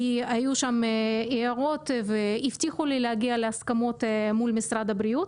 כי היו שם הערות והבטיחו לי שיגיעו להסכמות של משרד הבריאות